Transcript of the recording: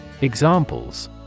Examples